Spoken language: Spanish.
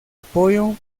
apoyo